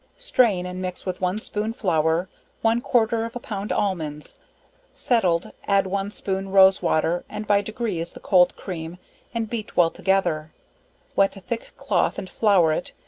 strain and mix with one spoon flour one quarter of a pound almonds settled, add one spoon rose-water, and by degrees the cold cream and beat well together wet a thick cloth and flour it,